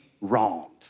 wronged